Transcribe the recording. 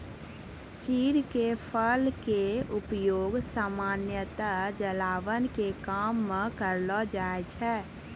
चीड़ के फल के उपयोग सामान्यतया जलावन के काम मॅ करलो जाय छै